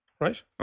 right